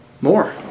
More